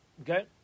Okay